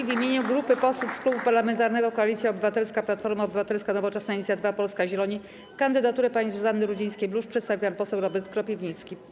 W imieniu grupy posłów z Klubu Parlamentarnego Koalicja Obywatelska - Platforma Obywatelska, Nowoczesna, Inicjatywa Polska, Zieloni kandydaturę pani Zuzanny Rudzińskiej-Bluszcz przedstawi pan poseł Robert Kropiwnicki.